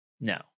no